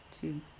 two